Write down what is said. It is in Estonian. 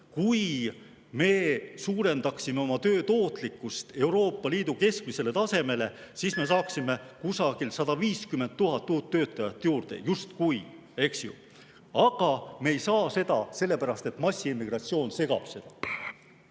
Kui me suurendaksime oma töö tootlikkuse Euroopa Liidu keskmise tasemeni, siis me saaks kusagil 150 000 uut töötajat juurde, justkui. Aga me ei saa seda, sellepärast et massiimmigratsioon segab seda.